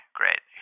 great